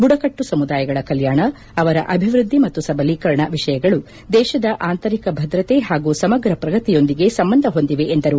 ಬುಡಕಟ್ಟು ಸಮುದಾಯಗಳ ಕಲ್ಲಾಣ ಅವರ ಅಭಿವೃದ್ದಿ ಮತ್ತು ಸಬಲೀಕರಣ ವಿಷಯಗಳು ದೇಶದ ಅಂತರಿಕ ಭದ್ರತೆ ಹಾಗೂ ಸಮಗ್ರ ಪ್ರಗತಿಯೊಂದಿಗೆ ಸಂಬಂಧ ಹೊಂದಿದೆ ಎಂದರು